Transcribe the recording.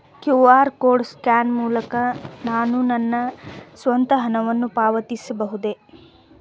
QR code scan ಮೂಲಕ ನಾನು ನನ್ನ ಸ್ವಂತ ಹಣವನ್ನು ಪಾವತಿಸಬಹುದೇ?